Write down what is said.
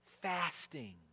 fasting